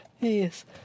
Yes